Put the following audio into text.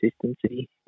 consistency